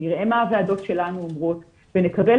נראה מה הוועדות שלנו אומרות ונקבל